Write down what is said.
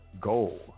goal